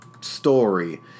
story